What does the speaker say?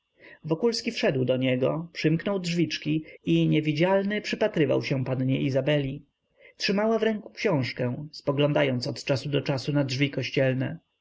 wokulski wszedł do niego przymknął drzwiczki i niewidzialny przypatrywał się pannie izabeli trzymała w ręku książkę spoglądając od czasu do czasu na drzwi kościelne